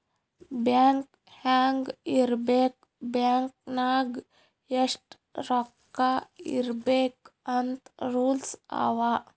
bank ಹ್ಯಾಂಗ್ ಇರ್ಬೇಕ್ bank ನಾಗ್ ಎಷ್ಟ ರೊಕ್ಕಾ ಇರ್ಬೇಕ್ ಅಂತ್ ರೂಲ್ಸ್ ಅವಾ